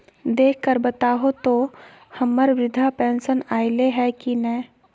देख कर बताहो तो, हम्मर बृद्धा पेंसन आयले है की नय?